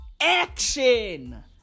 Action